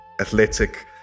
athletic